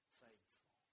faithful